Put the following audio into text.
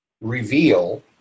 reveal